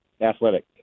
Athletic